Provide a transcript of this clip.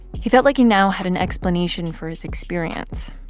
he felt like he now had an explanation for his experience.